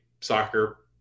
soccer